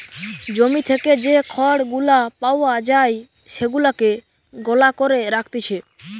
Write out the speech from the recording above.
জমি থেকে যে খড় গুলা পাওয়া যায় সেগুলাকে গলা করে রাখতিছে